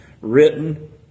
written